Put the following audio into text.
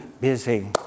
busy